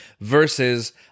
versus